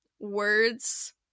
words